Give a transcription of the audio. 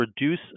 reduce